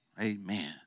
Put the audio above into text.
Amen